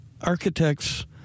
architects